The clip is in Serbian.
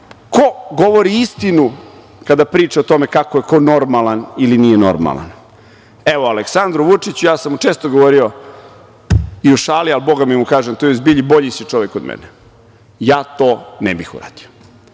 ko govori istinu kada priča o tome kako je normalan ili nije normalan. Evo, Aleksandru Vučiću, ja sam mu često govorio i u šali, a boga mi i kažem u zbilji bolji si čovek od mene. Ja to ne bih uradio. On